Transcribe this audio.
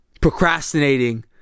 Procrastinating